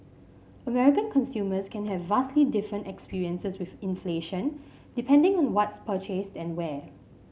American consumers can have vastly different experiences with inflation depending on what's purchased and where